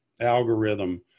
algorithm